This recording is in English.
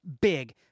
big